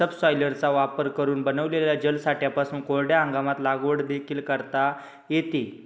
सबसॉयलरचा वापर करून बनविलेल्या जलसाठ्यांपासून कोरड्या हंगामात लागवड देखील करता येते